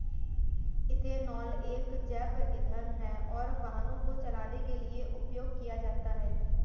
ethanol एक जैव ईंधन है और वाहनों को चलाने के लिए उपयोग किया जाता है